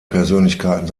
persönlichkeiten